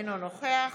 אינו נוכח